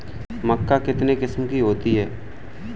मक्का कितने किस्म की होती है?